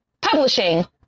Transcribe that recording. Publishing